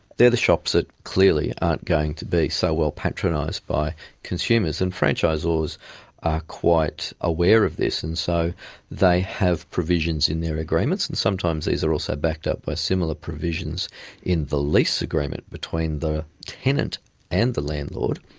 they are the shops that clearly are not going to be so well patronised by consumers. and franchisors are quite aware of this, and so they have provisions in their agreements, and sometimes these are also backed up by similar provisions in the lease agreement between the tenant and the landlord,